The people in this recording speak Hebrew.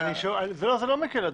זה לא מקל.